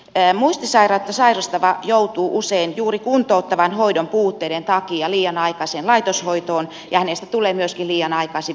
muistisairautta sairastava joutuu usein juuri kuntouttavan hoidon puutteiden takia liian aikaiseen laitoshoitoon ja hänestä tulee myöskin liian aikaisin vuodepotilas